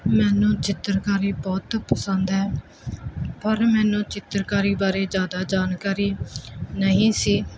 ਮੈਨੂੰ ਚਿੱਤਰਕਾਰੀ ਬਹੁਤ ਪਸੰਦ ਹੈ ਪਰ ਮੈਨੂੰ ਚਿੱਤਰਕਾਰੀ ਬਾਰੇ ਜ਼ਿਆਦਾ ਜਾਣਕਾਰੀ ਨਹੀਂ ਸੀ